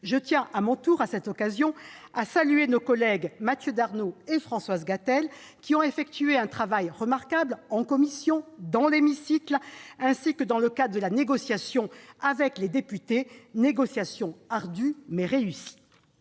Je tiens à cette occasion à saluer les rapporteurs Mathieu Darnaud et Françoise Gatel, qui ont accompli un travail remarquable en commission, dans notre hémicycle ainsi que dans le cadre de la négociation avec les députés, négociation ardue, mais réussie.